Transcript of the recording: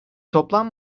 toplam